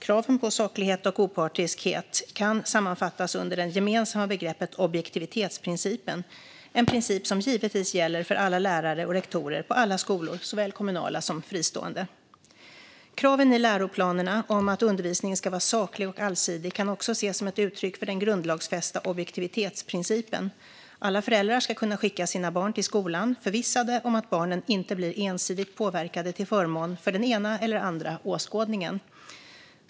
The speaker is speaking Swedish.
Kraven på saklighet och opartiskhet kan sammanfattas under det gemensamma begreppet objektivitetsprincipen - en princip som givetvis gäller för alla lärare och rektorer på alla skolor, såväl kommunala som fristående. Kraven i läroplanerna om att undervisningen ska vara saklig och allsidig kan också ses som ett uttryck för den grundlagsfästa objektivitetsprincipen. Alla föräldrar ska kunna skicka sina barn till skolan förvissade om att barnen inte blir ensidigt påverkade till förmån för den ena eller andra åskådningen.